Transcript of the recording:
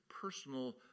personal